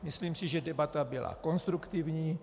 Myslím si, že debata byla konstruktivní.